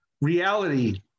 reality